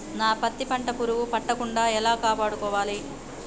నా పత్తి పంట పురుగు పట్టకుండా ఎలా కాపాడుకోవాలి?